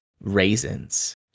raisins